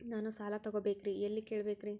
ನಾನು ಸಾಲ ತೊಗೋಬೇಕ್ರಿ ಎಲ್ಲ ಕೇಳಬೇಕ್ರಿ?